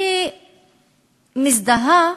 שמזדהה